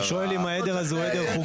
אני שואל האם העדר הזה הוא חוקי?